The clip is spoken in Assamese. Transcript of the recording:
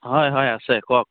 হয় হয় আছে কওক